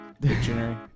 dictionary